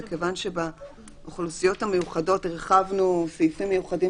וכיוון שבאוכלוסיות המיוחדות הרחבנו סעיפים מיוחדים